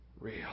real